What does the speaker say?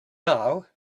now